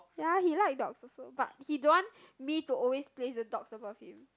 ya he likes dog also but he don't want me to always place the dogs above him